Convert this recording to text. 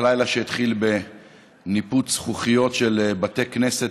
לילה שהתחיל בניפוץ זכוכיות של בתי כנסת